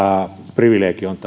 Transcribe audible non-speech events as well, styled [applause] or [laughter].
privilegioonsa [unintelligible]